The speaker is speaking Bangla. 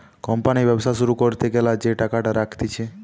কোম্পানি ব্যবসা শুরু করতে গ্যালা যে টাকাটা রাখতিছে